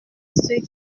ceux